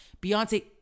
beyonce